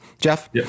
Jeff